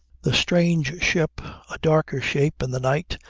the strange ship, a darker shape in the night,